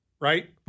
right